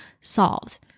solved